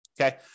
Okay